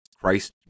Christ